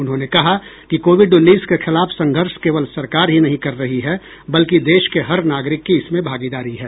उन्होंने कहा कि कोविड उन्नीस के खिलाफ संघर्ष केवल सरकार ही नहीं कर रही है बल्कि देश के हर नागरिक की इसमें भागीदारी है